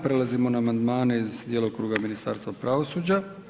Prelazimo na amandmane iz djelokruga Ministarstva pravosuđa.